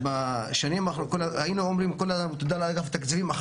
בשנים האחרונות כל הזמן אמרנו: תודה לאגף תקציבים,